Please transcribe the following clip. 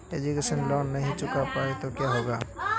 Education loan नहीं चुका पाए तो क्या होगा?